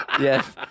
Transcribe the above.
Yes